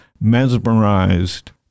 mesmerized